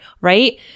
right